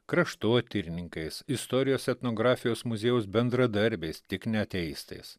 kraštotyrininkais istorijos etnografijos muziejaus bendradarbiais tik ne ateistais